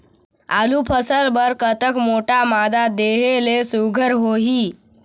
आलू फसल बर कतक मोटा मादा देहे ले सुघ्घर होही?